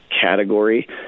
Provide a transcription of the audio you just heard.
category